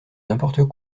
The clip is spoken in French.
n’importe